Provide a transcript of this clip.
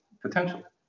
potential